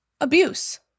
abuse